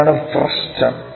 ഇതാണ് ഫ്രസ്റ്റം